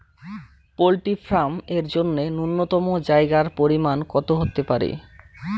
Poultry farm এর জন্য নূন্যতম জায়গার পরিমাপ কত হতে পারে?